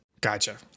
gotcha